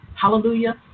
Hallelujah